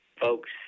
folks